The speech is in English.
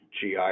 GI